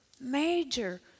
major